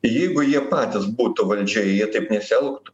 jeigu jie patys būtų valdžioj jie taip nesilegtų